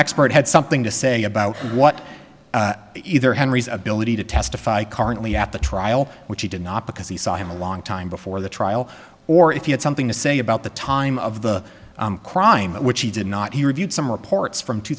expert had something to say about what either henry's ability to testify currently at the trial which he did not because he saw him a long time before the trial or if he had something to say about the time of the crime which he did not he reviewed some reports from two